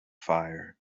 fire